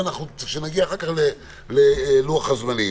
ושנגיע אחר כך ללוח הזמנים.